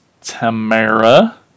Tamara